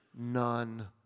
none